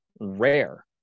rare